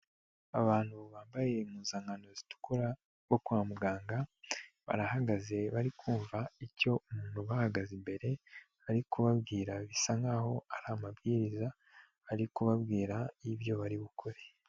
Abantu bambaye impuzankano zitukura bo kwa muganga, barahagaze bari kumva icyo umuntu ubahagaze imbere ari kubabwira, bisa nkaho ari amabwiriza ari kubabwira y'ibyo bari bukore.